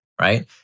right